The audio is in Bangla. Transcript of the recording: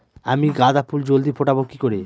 আমি গাঁদা ফুল জলদি ফোটাবো কি করে?